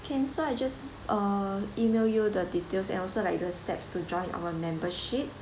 can so I just uh email you the details and also like the steps to join our membership